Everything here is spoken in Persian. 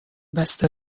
بسته